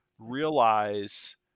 realize